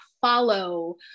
follow